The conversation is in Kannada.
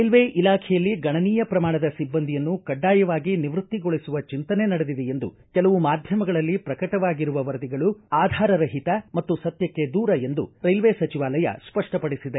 ರೈಲ್ವೆ ಇಲಾಖೆಯಲ್ಲಿ ಗಣನೀಯ ಪ್ರಮಾಣದ ಸಿಬ್ಬಂದಿಯನ್ನು ಕಡ್ಡಾಯವಾಗಿ ನಿವೃತ್ತಿಗೊಳಿಸುವ ಚಿಂತನೆ ನಡೆದಿದೆ ಎಂದು ಕೆಲವು ಮಾಧ್ಯಮಗಳಲ್ಲಿ ಪ್ರಕಟವಾಗಿರುವ ವರದಿಗಳು ಆಧಾರ ರಹಿತ ಮತ್ತು ಸತ್ಯಕ್ಕೆ ದೂರ ಎಂದು ರೈಲ್ವೆ ಸಚಿವಾಲಯ ಸ್ಪಷ್ಟವಡಿಸಿದೆ